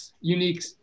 unique